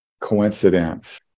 coincidence